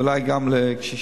אולי גם לקשישים,